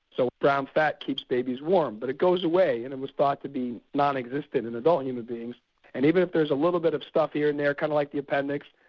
so brown fat keeps babies warm. but it goes away and it was thought to be non-existent in adult human beings and even if there's a little bit of stuff here and there, kind of like the appendix,